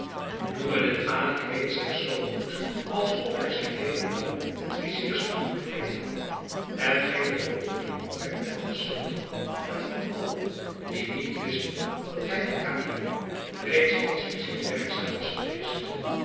noureddin ali kweet zich zoo goed als of hij zijn leven lang het viziers ambt bekleed had hetgeen de verwondering opwekte van den sultan en van allen die niet wisten dat hij te caïro reeds als vizier werkzaam was geweest